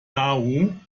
nauru